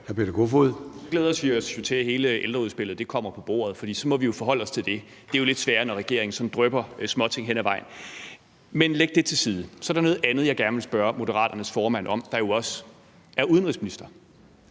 Vi glæder os jo til, at hele ældreudspillet kommer på bordet. Når det gør, må vi forholde os til det. Det er jo lidt sværere, når regeringen sådan drypper småting hen ad vejen. Men læg det til side. Så er der noget andet, jeg gerne vil spørge Moderaternes formand, der jo også er udenrigsminister,